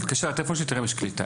בבקשה, הטלפון שלי, תראה אם יש קליטה.